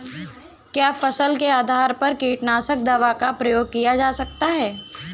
क्या फसल के आधार पर कीटनाशक दवा का प्रयोग किया जाता है?